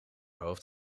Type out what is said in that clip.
hoofd